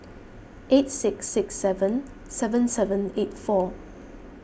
eight six six seven seven seven eight four